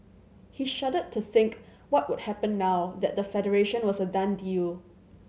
he shuddered to think what would happen now that the Federation was a done deal